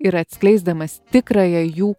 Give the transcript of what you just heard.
ir atskleisdamas tikrąją jų